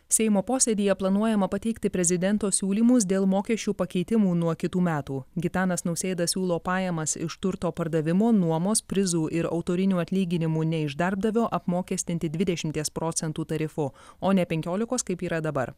seimo posėdyje planuojama pateikti prezidento siūlymus dėl mokesčių pakeitimų nuo kitų metų gitanas nausėda siūlo pajamas iš turto pardavimo nuomos prizų ir autorinių atlyginimų ne iš darbdavio apmokestinti dvidešimties procentų tarifu o ne penkiolikos kaip yra dabar